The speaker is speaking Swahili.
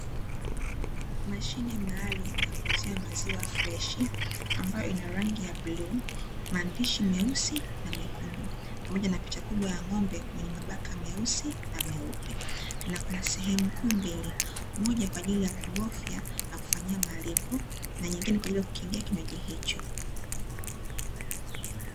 Mashine maalumu ya kuuzia maziwa freshi, ambayo ina rangi bluu, maandishi meusi, na mekundu pamoja na picha kubwa ya ng'ombe mwenye mabaka meusi na meupe, na kuna sehemu kuu mbili, moja kwa ajili ya kubofya na kufanyia malipo na nyingine kwa ajili ya kukingia kinywaji hicho.